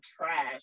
trash